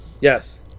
Yes